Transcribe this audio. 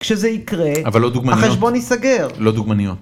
כשזה יקרה... אבל לא דוגמניות... החשבון יסגר. לא דוגמניות.